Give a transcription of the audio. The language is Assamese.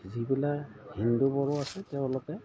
যিবিলাক হিন্দু বড়ো আছে তেওঁলোকে